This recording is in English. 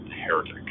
heretic